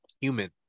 human